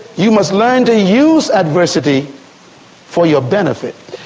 you must learn to use adversity for your benefit.